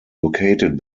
located